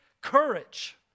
courage